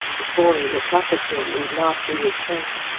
the boy looked up at him and laughed in his face.